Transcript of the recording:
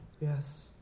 Yes